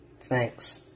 Thanks